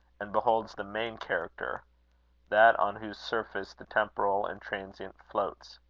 and beholds the main character that on whose surface the temporal and transient floats.